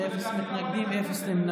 ארבעה חברי כנסת בעד, אפס מתנגדים, אפס נמנעים.